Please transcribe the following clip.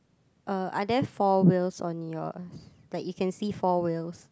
uh are there four wheels on yours like you can see four wheels